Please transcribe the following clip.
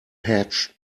hatch